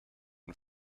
and